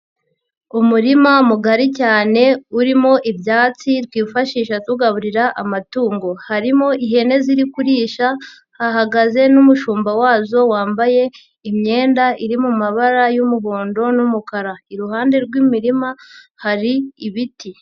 Umurima mugari cyane urimo ibyatsi twifashisha tugaburira amatungo. Harimo ihene ziri kurisha, hahagaze n'umushumba wazo wambaye imyenda iri mu mabara y'umuhondo n'umukara. Iruhande rw'imirima hari ibiti.